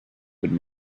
would